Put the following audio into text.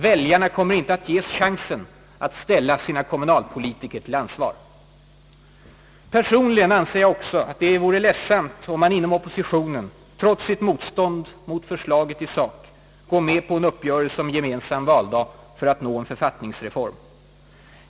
Väljarna kommer inte att få chansen att ställa sina kommunalpolitiker till ansvar. Personligen anser jag att det också vore ledsamt om man inom oppositionen — trots sitt motstånd mot förslaget i sak — går med på en uppgörelse om gemensam valdag för att nå en författningsreform.